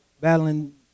battling